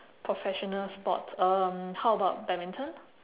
professional sports um how about badminton